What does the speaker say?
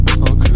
okay